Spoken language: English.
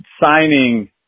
signing